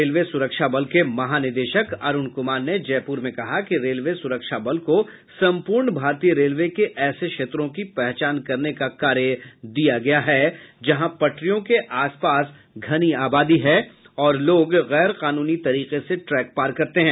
railway सुरक्षा बल के महानिदेशक अरूण कुमार ने जयपुर में कहा कि रेलवे सुरक्षा बल को सम्पूर्ण भारतीय रेलवे के ऐसे क्षेत्रों की पहचान करने का कार्य दिया गया है जहां पटरियों के आस पास धनी आबादी है और लोग गैर कानूनी तरीके से ट्रैक पार करते हैं